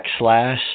backslash